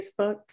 facebook